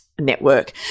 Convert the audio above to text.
network